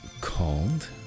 called